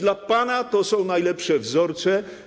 Dla pana to są najlepsze wzorce.